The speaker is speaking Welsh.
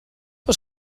oes